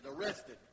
arrested